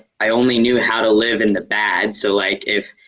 i only knew how to live in the bad. so like if